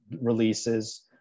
releases